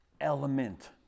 element